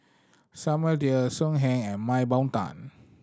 Samuel Dyer So Heng and Mah Bow Tan